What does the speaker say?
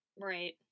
Right